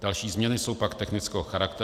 Další změny jsou pak technického charakteru.